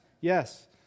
Yes